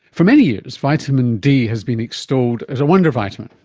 for many years vitamin d has been extolled as a wonder vitamin,